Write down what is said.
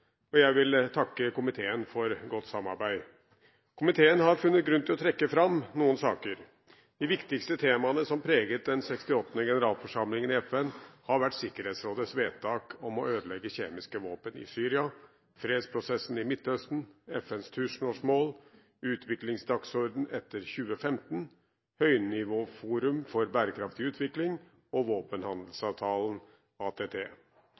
og jeg vil takke komiteen for godt samarbeid. Komiteen har funnet grunn til å trekke fram noen saker. De viktigste temaene som preget den 68. generalforsamlingen i FN, var Sikkerhetsrådets vedtak om å ødelegge kjemiske våpen i Syria, fredsprosessen i Midtøsten, FNs tusenårsmål, utviklingsdagsorden etter 2015, høynivåforum for bærekraftig utvikling og våpenhandelsavtalen, ATT.